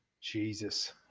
Jesus